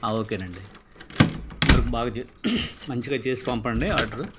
ఓకేనండి తొందరగా బాగా మంచిగా చేసీ పంపండి ఆర్డరు